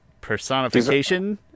personification